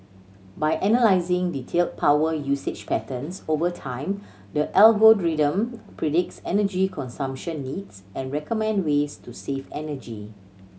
by analysing detailed power usage patterns over time the algorithm predicts energy consumption needs and recommend ways to save energy